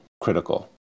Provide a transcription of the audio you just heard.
critical